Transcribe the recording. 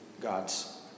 God's